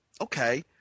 okay